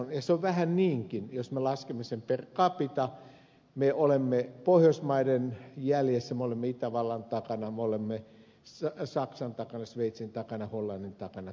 se on vähän niinkin jos me laskemme sen per capita että me olemme pohjoismaiden jäljessä me olemme itävallan takana me olemme saksan takana sveitsin takana hollannin takana tässä asiassa